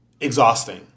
exhausting